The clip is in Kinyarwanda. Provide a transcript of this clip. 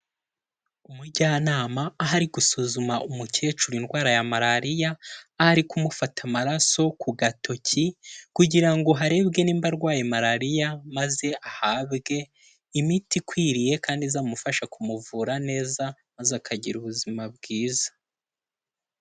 Umujyanama aho ari gusuzuma umukecuru indwara ya malariya, aho ari kumufata amaraso ku gatoki kugira ngo harebwe niba arwaye malariya maze ahabwe imiti ikwiriye kandi izamufasha kumuvura neza maze akagira ubuzima bwiza.